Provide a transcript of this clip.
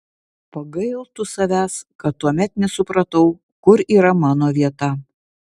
pagailtų savęs kad tuomet nesupratau kur yra mano vieta